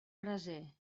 braser